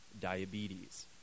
diabetes